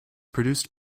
produced